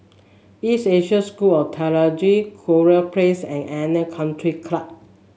East Asia School of Theology Kurau Place and Arena Country Club